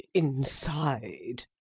inside.